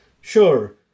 Sure